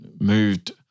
moved